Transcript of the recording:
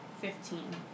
Fifteen